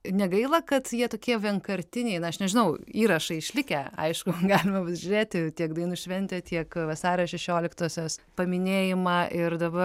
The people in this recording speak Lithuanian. negaila kad jie tokie vienkartiniai na aš nežinau įrašai išlikę aišku galima žiūrėti tiek dainų šventę tiek vasario šešioliktosios paminėjimą ir dabar